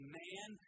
man